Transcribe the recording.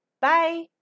Bye